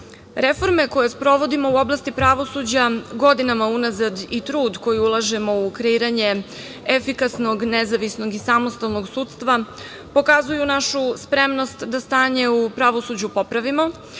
dan. Reforme koje sprovodimo u oblasti pravosuđa godinama unazad i trud koji ulažemo u kreiranje efikasnog, nezavisnog i samostalnog sudstva pokazuju našu spremnost da stanje u pravosuđu popravimo